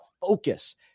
focus